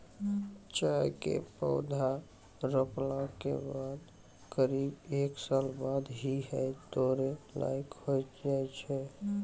चाय के पौधा रोपला के बाद करीब एक साल बाद ही है तोड़ै लायक होय जाय छै